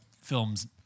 films